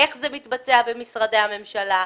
איך זה מתבצע במשרדי הממשלה,